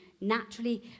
naturally